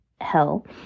hell